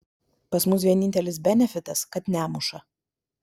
pas mus vienintelis benefitas kad nemuša